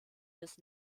bis